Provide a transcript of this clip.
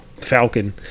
falcon